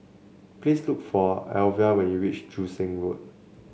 please look for Alvia when you reach Joo Seng Road